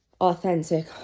authentic